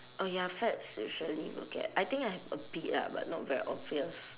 oh ya fats usually will get I think I have a bit ah but not very obvious